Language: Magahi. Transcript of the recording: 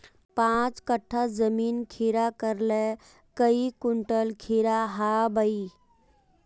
पाँच कट्ठा जमीन खीरा करले काई कुंटल खीरा हाँ बई?